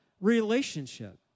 relationship